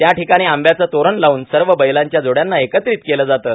त्याठिकाणी आंब्यांचे तोरण लावून सर्व बैलांच्या जोडयांना एकत्रित केलं जाते